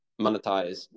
monetize